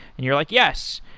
and you're like, yes.